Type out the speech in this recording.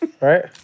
Right